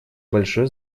большое